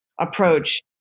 approach